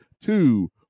two